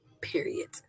period